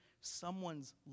someone's